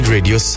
Radio